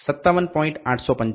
M45 57